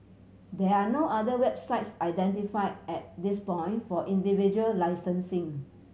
there are no other websites identified at this point for individual licensing